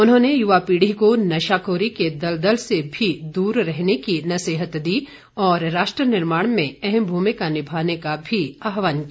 उन्होंने युवा पीढ़ी को नशाखोरी के दलदल से भी दूर रहने की नसीहत दी और राष्ट्र निर्माण में अहम भूमिका निभाने का भी आहवान किया